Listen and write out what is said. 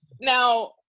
Now